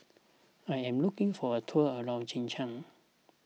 I am looking for a tour around Czechia